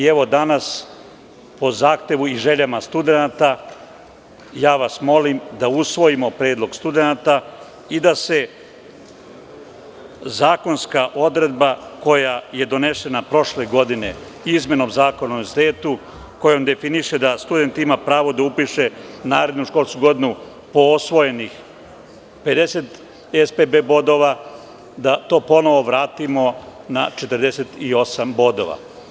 Danas po zahtevu i željama studenata, ja vas molim da usvojimo predlog studenata i da se zakonska odredba koja je donesena prošle godine izmenom Zakona o univerzitetu, koja definiše da student ima pravo da upiše narednu školsku godinu po osvojenih 50 SBB bodova, da to ponovo vratimo na 48 bodova.